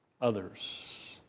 others